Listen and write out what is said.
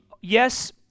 Yes